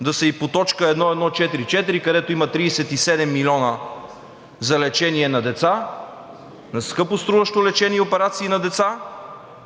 да са и по т. 1.1.4.4., където има 37 милиона за лечение на деца, на скъпоструващо лечение и операции на деца,